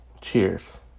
cheers